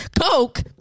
Coke